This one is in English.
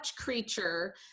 creature